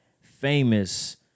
famous